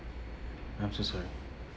I'm so sorry